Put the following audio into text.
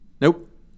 Nope